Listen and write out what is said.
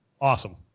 awesome